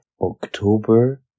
October